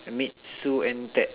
meet Sue and Ted